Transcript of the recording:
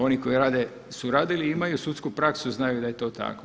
Oni koji rade su radili, imaju sudsku praksu, znaju da je to tako.